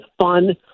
fun